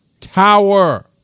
tower